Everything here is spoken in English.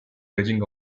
raging